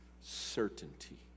certainty